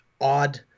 odd